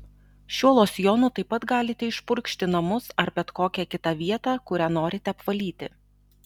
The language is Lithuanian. šiuo losjonu taip pat galite išpurkšti namus ar bet kokią kitą vietą kurią norite apvalyti